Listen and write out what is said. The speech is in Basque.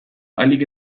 ahalik